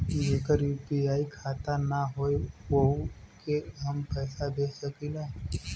जेकर यू.पी.आई खाता ना होई वोहू के हम पैसा भेज सकीला?